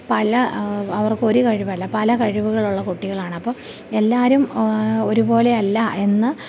പല അവർക്ക് ഒരു കഴിവല്ല പല കഴിവുകളുള്ള കുട്ടികളാണ് അപ്പം എല്ലാവരും ഒരുപോലെയല്ല എന്ന്